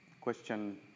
question